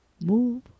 move